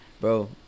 Bro